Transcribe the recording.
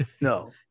no